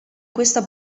questa